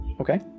Okay